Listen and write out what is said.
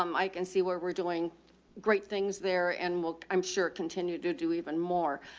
um i can see where we're doing great things there and will, i'm sure it continued to do even more.